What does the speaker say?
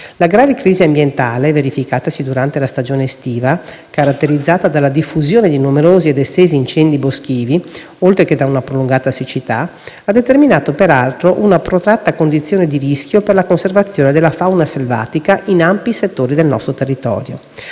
La grave crisi ambientale verificatasi durante la stagione estiva, caratterizzata dalla diffusione di numerosi ed estesi incendi boschivi, oltre che da una prolungata siccità, ha determinato, peraltro, una protratta condizione di rischio per la conservazione della fauna selvatica in ampi settori del nostro territorio.